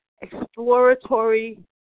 exploratory